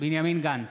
בנימין גנץ,